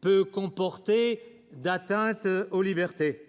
peut comporter d'atteinte aux libertés,